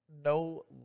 no